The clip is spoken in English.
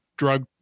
drug